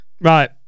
Right